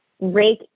rake